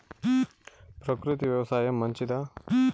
ప్రకృతి వ్యవసాయం మంచిదా?